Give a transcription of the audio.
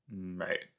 Right